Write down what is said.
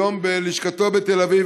היום בלשכתו בתל אביב,